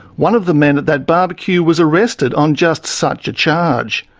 one of the men at that barbecue was arrested on just such a charge.